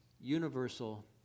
universal